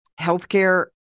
healthcare